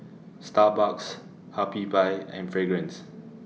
Starbucks Habibie and Fragrance